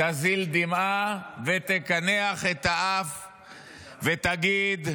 תזיל דמעה ותקנח את האף ותגיד: